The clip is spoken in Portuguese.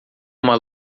uma